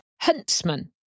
Huntsman